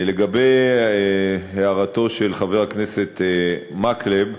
לגבי הערתו של חבר הכנסת מקלב,